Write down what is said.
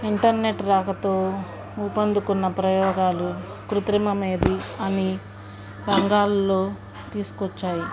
internet రాకతో ఊపందుకున్న ప్రయోగాలు కృత్రిమ మేధా అన్నీ రంగాలలో తీసుకొచ్చాయి